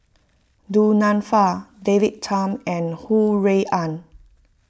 Du Nanfa David Tham and Ho Rui An